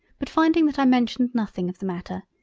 but finding that i mentioned nothing of the matter,